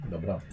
Dobra